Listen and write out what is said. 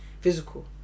physical